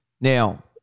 Now